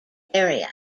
area